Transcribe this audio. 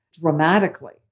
dramatically